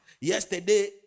Yesterday